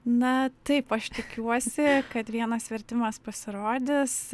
na taip aš tikiuosi kad vienas vertimas pasirodys